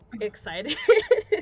excited